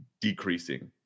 decreasing